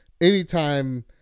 Anytime